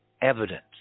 evidence